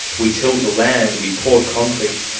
we tilled the land. we poured concrete.